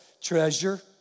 Treasure